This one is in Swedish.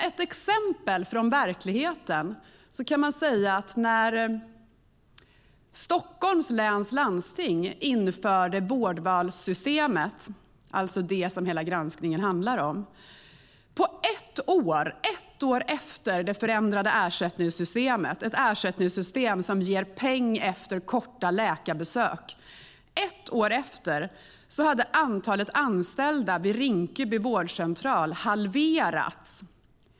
Ett exempel från verkligheten är att ett år efter att Stockholms läns landsting införde vårdvalssystemet - det som hela granskningen handlar om - och det förändrade ersättningssystemet, som ger peng efter korta läkarbesök, hade antalet anställda vid Rinkeby vårdcentral halverats.